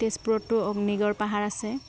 তেজপুৰতো অগ্নিগড় পাহাৰ আছে